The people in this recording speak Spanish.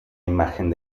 imagen